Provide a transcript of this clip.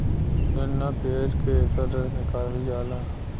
गन्ना पेर के एकर रस निकालल जाला